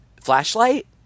flashlight